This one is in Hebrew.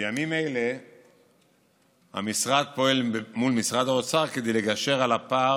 בימים אלה המשרד פועל מול משרד האוצר כדי לגשר על הפער